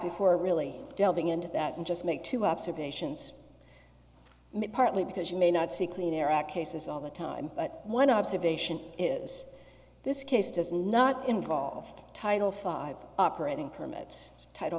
before really delving into that and just make two observations partly because you may not see clean air act cases all the time but one observation is this case does not involve title five operating permits title